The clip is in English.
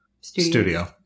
studio